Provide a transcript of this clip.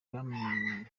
bwamaze